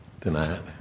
tonight